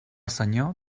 senyor